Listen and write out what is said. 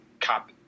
cop